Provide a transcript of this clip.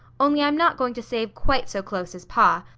only i am not going to save quite so close as pa,